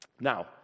Now